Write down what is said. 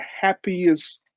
happiest